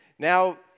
Now